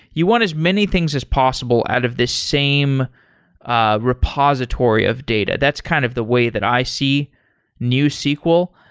you want as many things as possible out of this same ah repository of data. that's kind of the way that i see newsql.